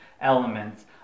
elements